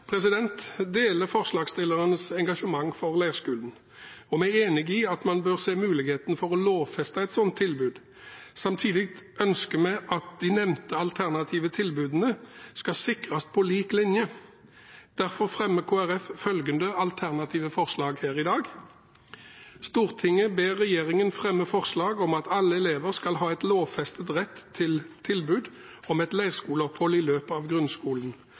deler forslagsstillernes engasjement for leirskolen og er enig i at man bør se på muligheten for å lovfeste et slikt tilbud. Samtidig ønsker vi at de nevnte alternative tilbudene skal sikres på lik linje. Derfor fremmer Kristelig Folkeparti følgende alternative forslag her i dag: «Stortinget ber regjeringen fremme forslag om at alle elever skal ha en lovfestet rett til tilbud om et leirskoleopphold i løpet av grunnskolen,